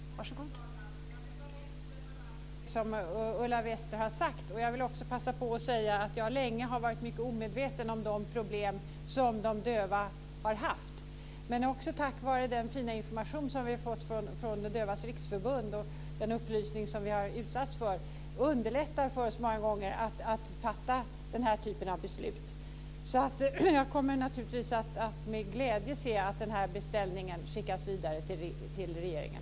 Fru talman! Jag vill instämma i det som Ulla Wester har sagt. Jag vill också passa på att säga att jag länge har varit mycket omedveten om de problem som de döva har haft. Den fina information som vi har fått från Sveriges Dövas Riksförbund och den upplysning som vi har blivit föremål för underlättar dock många gånger för oss att fatta den här typen av beslut. Jag kommer därför naturligtvis med glädje att se att den här beställningen skickas vidare till regeringen.